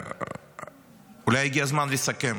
אולי הגיע הזמן לסכם,